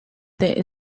the